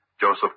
Joseph